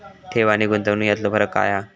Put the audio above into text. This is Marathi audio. ठेव आनी गुंतवणूक यातलो फरक काय हा?